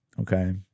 Okay